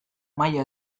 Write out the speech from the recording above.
maila